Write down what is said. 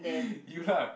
you lah